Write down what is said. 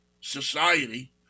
society